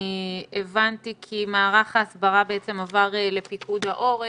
אני הבנתי כי מערך ההסברה בעצם עבר לפיקוד העורף.